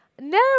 no